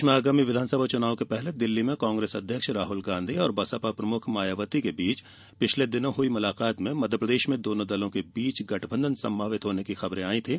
प्रदेश में आगामी विधानसभा चुनाव के पहले दिल्ली में कांग्रेस अध्यक्ष राहल गांधी और बसपा प्रमुख मायावती के बीच पिछले दिनों हई मुलाकात में मध्यप्रदेश में दोनों दलों के बीच गठबंधन संभावित होने की खबरें सामने आई थीं